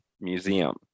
Museum